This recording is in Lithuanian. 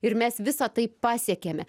ir mes visa tai pasiekėme